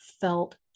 felt